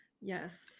Yes